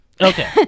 Okay